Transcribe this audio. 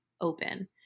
open